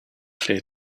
clear